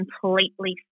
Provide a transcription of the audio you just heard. completely